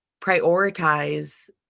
prioritize